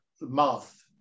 mouth